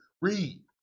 Read